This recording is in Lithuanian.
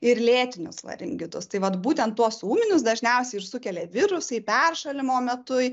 ir lėtinius laringitus tai vat būtent tuos ūminius dažniausiai ir sukelia virusai peršalimo metu